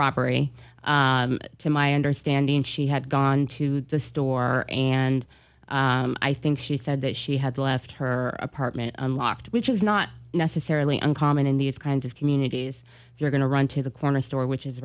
robbery to my understanding she had gone to the store and i think she said that she had left her apartment unlocked which is not necessarily uncommon in these kinds of communities if you're going to run to the corner store which is